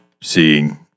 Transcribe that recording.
seeing